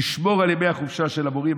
נשמור על ימי החופשה של המורים,